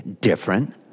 different